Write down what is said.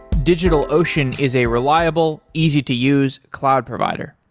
digitalocean is a reliable, easy to use cloud provider.